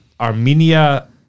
Armenia